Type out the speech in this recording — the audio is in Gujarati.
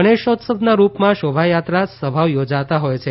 ગણેશોત્સવના રૂપમાં શોભાયાત્રા સભાઓ યોજાતા હોય છે